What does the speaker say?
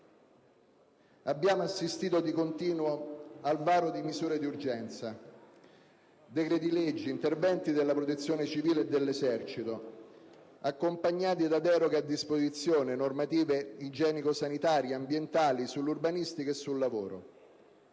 abbiamo assistito di continuo al varo di misure di urgenza: decreti-legge, interventi della Protezione civile e dell'Esercito, accompagnati da deroghe a disposizioni normative igienico-sanitarie, ambientali, sull'urbanistica e sul lavoro.